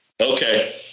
Okay